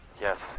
yes